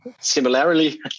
similarly